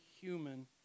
human